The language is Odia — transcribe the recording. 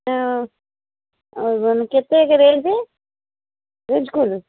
ନା ଓ ମାନେ କେତେ ରେଞ୍ଜ୍ ରେଞ୍ଜ୍ କୁହନ୍ତୁ